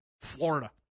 Florida